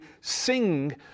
sing